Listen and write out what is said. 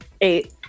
Eight